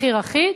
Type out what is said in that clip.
מחיר אחיד,